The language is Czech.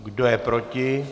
Kdo je proti?